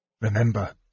Remember